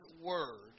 word